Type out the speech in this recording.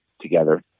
together